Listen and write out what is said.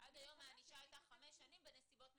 --- עד היום הענישה היתה חמש שנים בנסיבות מסוימות.